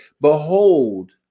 behold